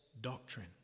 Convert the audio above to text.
doctrine